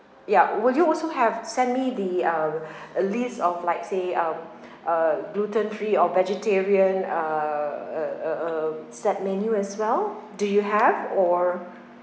ya will you also have send me the uh list of like say um uh gluten-free or vegetarian uh uh uh uh set menu as well do you have or